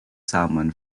salmon